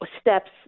steps